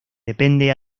depende